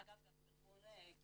ואגב גם עם ארגון CNEF,